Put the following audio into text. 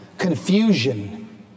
Confusion